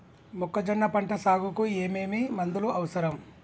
మొక్కజొన్న పంట సాగుకు ఏమేమి మందులు అవసరం?